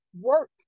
work